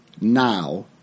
now